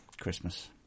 christmas